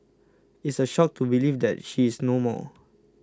it's a shock to believe that she is no more